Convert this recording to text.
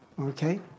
Okay